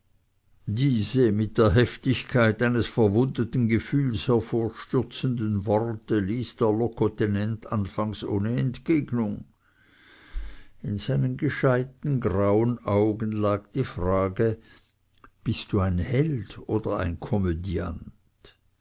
diese mit der heftigkeit eines verwundeten gefühls hervorstürzenden worte ließ der locotenent anfangs ohne entgegnung in seinen gescheiten grauen augen lag die frage bist du ein held oder ein komödiant